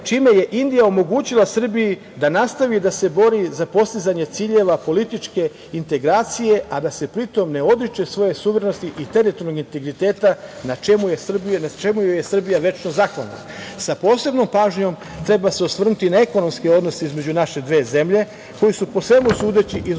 čime je Indija omogućila Srbiji da nastavi da se bori za postizanje ciljeva političke integracije, a da se pri tome ne odriče svoje suverenosti i teritorijalnog integriteta, na čemu joj je Srbija večno zahvalna. Sa posebnom pažnjom treba se osvrnuti na ekonomske odnose između naše dve zemlje koji su po svemu sudeći izuzetno